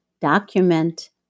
document